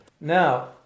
Now